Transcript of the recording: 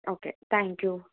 okay thank you